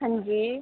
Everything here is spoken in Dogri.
हांजी